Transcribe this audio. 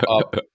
up